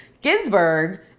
Ginsburg